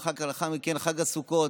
ולאחר מכן חג הסוכות,